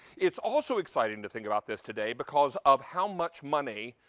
it's also exciting to think about this today because of how much money.